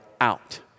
out